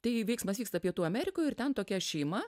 tai veiksmas vyksta pietų amerikoj ir ten tokia šeima